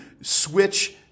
switch